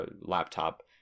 laptop